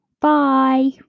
bye